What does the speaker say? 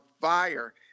fire